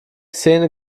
szene